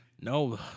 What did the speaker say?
no